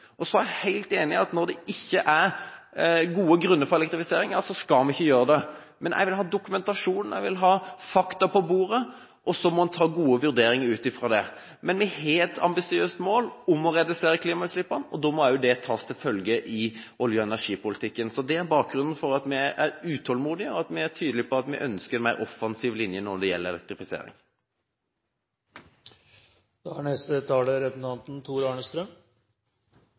at når det ikke er gode grunner for å elektrifisere, skal vi ikke gjøre det. Jeg vil ha dokumentasjon og fakta på bordet, så må man gjøre gode vurderinger ut fra det. Vi har et ambisiøst mål om å redusere klimautslippene, og da må det også tas til følge i olje- og energipolitikken. Det er bakgrunnen for at vi er utålmodige, og at vi er tydelige på at vi ønsker en mer offensiv linje når det gjelder elektrifisering. Som saksordfører ønsker jeg å komme med noen kommentarer. For det første synes jeg det er